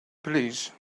police